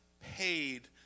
paid